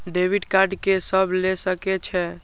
Debit card के सब ले सके छै?